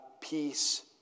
peace